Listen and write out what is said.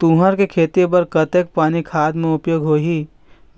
तुंहर के खेती बर कतेक पानी खाद के उपयोग होही